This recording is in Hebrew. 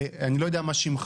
אני לא יודע מה שמך,